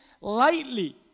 lightly